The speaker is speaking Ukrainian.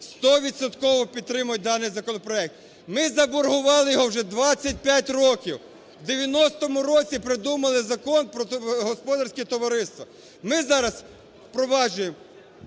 підтримують даний законопроект. Ми заборгували його вже 25 років, в 90-му році придумали Закон про господарські товариства. Ми зараз впроваджуємо